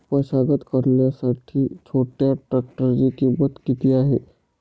मशागत करण्यासाठी छोट्या ट्रॅक्टरची किंमत किती आहे?